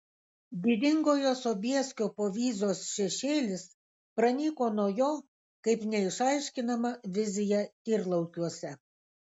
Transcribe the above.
didingojo sobieskio povyzos šešėlis pranyko nuo jo kaip neišaiškinama vizija tyrlaukiuose